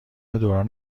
دوران